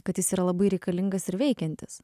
kad jis yra labai reikalingas ir veikiantis